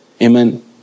Amen